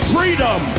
freedom